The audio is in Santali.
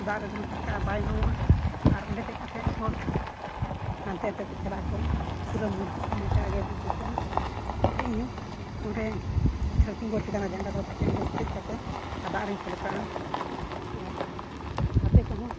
ᱫᱟᱜ ᱨᱮ ᱫᱚᱢᱮ ᱪᱷᱚᱞᱠᱟᱜᱼᱟ ᱵᱟᱭ ᱩᱱᱩᱢᱚᱜᱼᱟ ᱟᱨ ᱚᱸᱰᱮ ᱫᱮᱡᱽ ᱠᱟᱛᱮᱫ ᱦᱚᱲ ᱦᱟᱱᱛᱮ ᱱᱟᱛᱮ ᱠᱚ ᱪᱟᱞᱟᱜᱼᱟᱠᱚ ᱯᱩᱨᱟᱹ ᱢᱚᱡᱟ ᱜᱮ ᱵᱩᱡᱷᱟᱹᱜᱼᱟ ᱟᱨ ᱤᱧ ᱦᱚᱸ ᱚᱸᱰᱮ ᱥᱟᱨᱯᱷᱤᱝ ᱵᱳᱴ ᱪᱮᱛᱟᱱ ᱨᱮ ᱡᱟᱸᱜᱟ ᱫᱚᱦᱚ ᱠᱟᱛᱮᱫ ᱚᱸᱰᱮ ᱫᱮᱡᱽ ᱠᱟᱛᱮᱫ ᱟᱨ ᱫᱟᱜ ᱨᱤᱧ ᱪᱷᱚᱞᱠᱟᱜᱼᱟ ᱟᱨ ᱜᱟᱛᱮ ᱠᱚᱦᱚᱸ